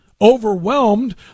overwhelmed